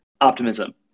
Optimism